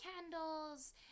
candles